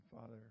Father